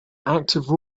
active